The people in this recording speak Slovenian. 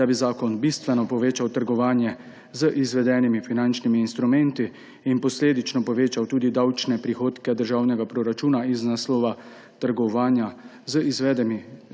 da bi zakon bistveno povečal trgovanje z izvedenimi finančnimi instrumenti in posledično povečal tudi davčne prihodke državnega proračuna iz naslova trgovanja z izvedenimi